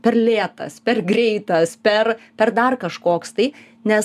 per lėtas per greitas per per dar kažkoks tai nes